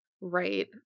Right